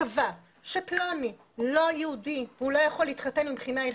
קבע שפלוני לא יהודי והוא לא יכול להתחתן מבחינה הלכתית,